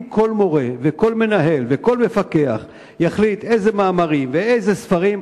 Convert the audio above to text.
אם כל מורה וכל מנהל וכל מפקח יחליט איזה מאמרים ואיזה ספרים,